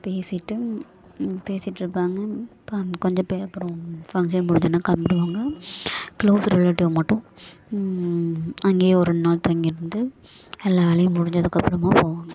பேசிவிட்டு பேசிட்டுருப்பாங்க அப்போ கொஞ்சம் பேர் அப்புறம் ஃபங்க்ஷன் முடிஞ்சோன்னே கிளம்பிடுவாங்க க்ளோஸ் ரிலேட்டிவ் மட்டும் அங்கேயே ஒரு ரெண்டு நாள் தங்கிருந்து எல்லா வேலையும் முடிஞ்சதுக்கப்பறமாக போவாங்க